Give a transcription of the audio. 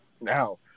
Now